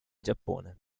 giappone